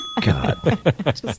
God